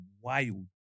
wild